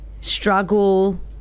struggle